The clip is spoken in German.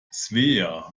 svea